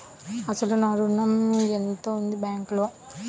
అసలు నా ఋణం ఎంతవుంది బ్యాంక్లో?